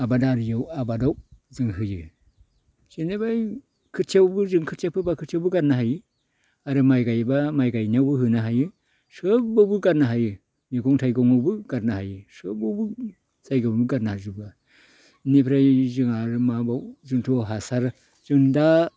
आबादारियाव आबादाव जों होयो जेनेबा खोथियाआवबो जों खोथिया फोब्ला खोथियायावबो गारनो हायो आरो माइ गायब्ला माइ गायनायावबो होनो हायो सोबबावबो गारनो हायो मैगं थाइगं आवबो गारनो हायो सोबावबो जायगायाव गारनो हाजोबो इनिफ्राय जों आरो माबाव जोंथ' हासार जों दा